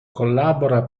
collabora